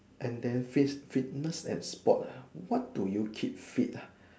and then fits fitness and sports ah what do you keep fit ah